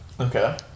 okay